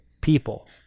people